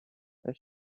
their